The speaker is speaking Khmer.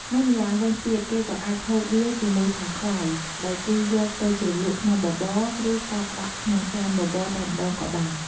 ហើយម្យ៉ាងវិញទៀតគេអាចហូបវាជាមួយឆាខ្វៃ ដោយគេយកទៅជ្រលក់ក្នុងបបរ ឬកាត់ដាក់ក្នុងចានបបរតែម្តងក៏បាន។